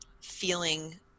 feeling